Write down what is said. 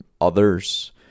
others